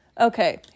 Okay